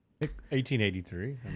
1883